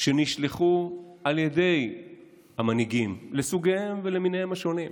שנשלחו על ידי המנהיגים לסוגיהם ולמיניהם השונים,